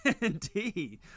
Indeed